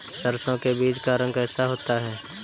सरसों के बीज का रंग कैसा होता है?